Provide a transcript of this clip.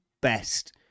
best